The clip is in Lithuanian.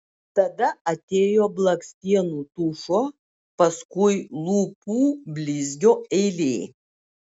tada atėjo blakstienų tušo paskui lūpų blizgio eilė